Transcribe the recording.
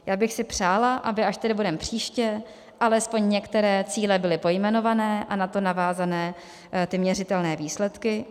Já bych si přála, aby až tady budeme příště, alespoň některé cíle byly pojmenované a na to navázané ty měřitelné výsledky.